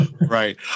Right